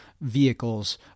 vehicles